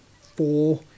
four